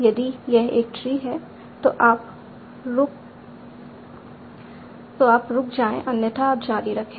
यदि यह एक ट्री है तो आप रुक जाएं अन्यथा आप जारी रखें